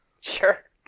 Sure